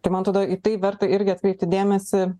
tai man atrodo tai verta irgi atkreipti dėmesį